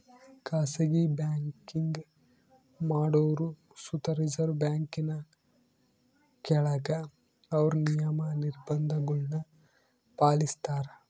ಖಾಸಗಿ ಬ್ಯಾಂಕಿಂಗ್ ಮಾಡೋರು ಸುತ ರಿಸರ್ವ್ ಬ್ಯಾಂಕಿನ ಕೆಳಗ ಅವ್ರ ನಿಯಮ, ನಿರ್ಭಂಧಗುಳ್ನ ಪಾಲಿಸ್ತಾರ